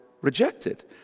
rejected